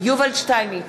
יובל שטייניץ,